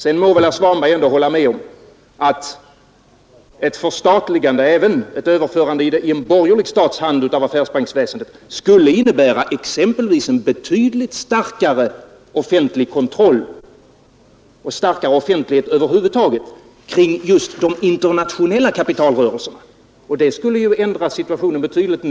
Sedan måste väl ändå herr Svanberg hålla med om att ett förstatligande — även ett överförande i en borgerlig stats hand av affärsbanksväsendet — skulle innebära exempelvis en betydligt starkare offentlig kontroll och starkare offentlighet över huvud taget kring just de internationella kapitalrörelserna. Och det skulle ju ändra situationen betydligt.